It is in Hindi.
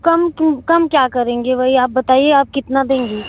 कम क्यों कम क्या करेंगे वही आप बताइए आप कितना देंगी